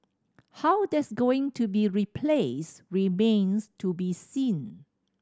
how that's going to be replaced remains to be seen